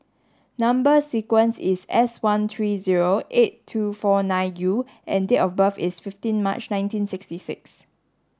number sequence is S one three zero eight two four nine U and date of birth is fifteen March nineteen sixty six